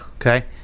Okay